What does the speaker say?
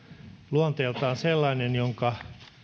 luonteeltaan sellainen jonka